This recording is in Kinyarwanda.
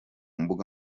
mbuga